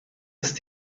ist